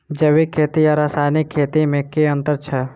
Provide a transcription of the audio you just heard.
जैविक खेती आ रासायनिक खेती मे केँ अंतर छै?